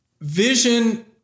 vision